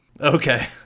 Okay